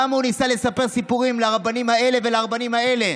כמה הוא ניסה לספר סיפורים לרבנים האלה ולרבנים האלה,